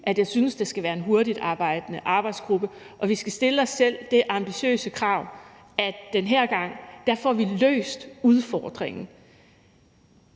at jeg synes, at det skal være en hurtigtarbejdende arbejdsgruppe, og at vi skal stille os selv det ambitiøse krav, at den her gang får vi løst udfordringen.